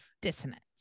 dissonance